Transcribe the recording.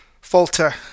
falter